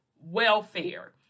welfare